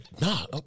Nah